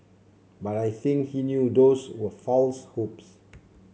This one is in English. but I think he knew those were false hopes